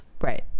right